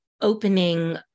opening